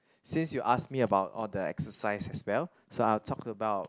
since you ask me about all the exercise as well so I will talk about